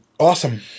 Awesome